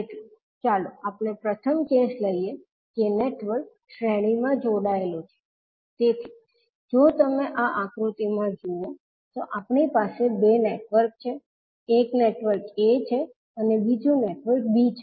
તેથી ચાલો આપણે પ્રથમ કેસ લઈએ કે નેટવર્ક શ્રેણીમાં જોડાયેલું છે તેથી જો તમે આ આકૃતિમાં જુઓ તો આપણી પાસે બે નેટવર્ક છે એક નેટવર્ક a છે અને બીજુ નેટવર્ક b છે